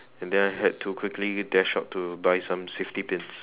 and then I had to quickly dash out to buy some safety pins